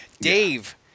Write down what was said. Dave